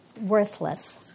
worthless